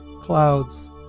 clouds